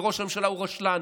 וראש הממשלה הוא רשלן.